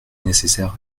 nécessaire